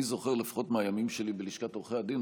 אני זוכר מהימים שלי בלשכת עורכי הדין,